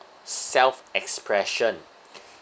self expression